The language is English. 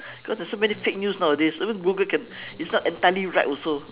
cause there's so many fake news nowadays even google can is not entirely right also